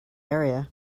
area